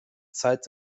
zeit